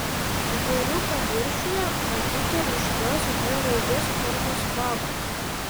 vidurių paviršiuje matyti ryškios h raidės formos vagos